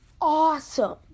awesome